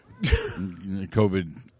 COVID